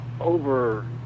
over